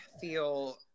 feel